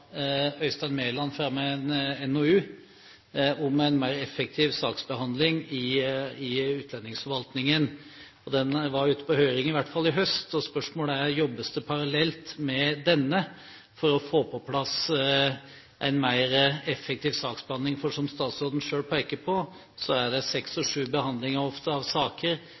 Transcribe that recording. Mæland fram en NOU om en mer effektiv saksbehandling i utlendingsforvaltningen. Den var ute på høring – i hvert fall i høst, og spørsmålet er: Jobbes det – parallelt med denne – for å få på plass en mer effektiv saksbehandling? Som statsråden selv pekte på, er det ofte seks og sju behandlinger av saker,